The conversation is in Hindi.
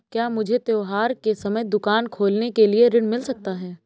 क्या मुझे त्योहार के समय दुकान खोलने के लिए ऋण मिल सकता है?